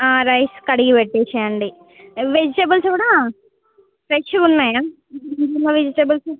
rice కడిగి పెట్టేసేయండి vegetables కూడా ఫ్రెష్గా ఉన్నాయా ఫ్రీజ్లో వెజిటేబుల్స్